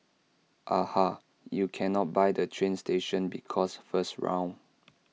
aha you cannot buy the train station because first round